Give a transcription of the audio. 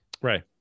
Right